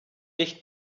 nicht